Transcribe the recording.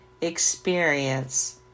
experience